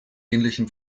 ähnlichem